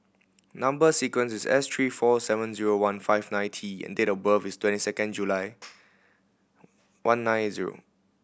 number sequence is S three four seven zero one five nine T and date of birth is twenty second July one nine zero